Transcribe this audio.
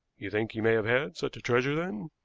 you think he may have had such a treasure, then?